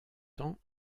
temps